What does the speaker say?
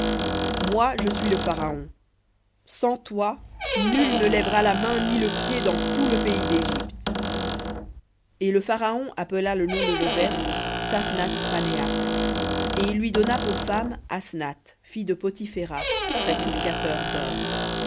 moi je suis le pharaon sans toi nul ne lèvera la main ni le pied dans tout le pays dégypte et le pharaon appela le nom de joseph tsaphnath pahnéakh et il lui donna pour femme asnath fille de poti phéra sacrificateur d'on